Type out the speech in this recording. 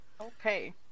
Okay